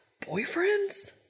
Boyfriends